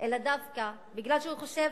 אלא דווקא כי הוא חושב